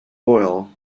oil